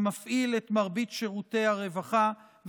המפעיל את מרבית שירותי הרווחה,